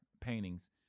paintings